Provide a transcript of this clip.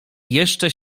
jeszcze